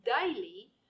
daily